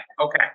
Okay